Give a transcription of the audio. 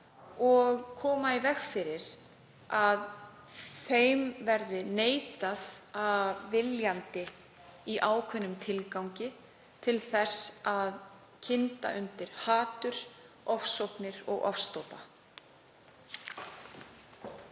og koma í veg fyrir að þeim verði afneitað viljandi í þeim tilgangi að kynda undir hatur, ofsóknir og ofstopa.